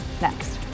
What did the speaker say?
next